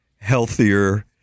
healthier